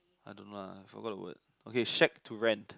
I don't know lah I forgot the word okay shag to rent